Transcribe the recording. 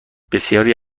بسیاری